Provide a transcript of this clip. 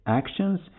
actions